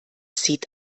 sieht